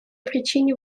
причине